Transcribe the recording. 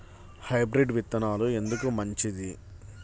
Hybrid విత్తనాలు ఎందుకు మంచిది?